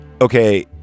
Okay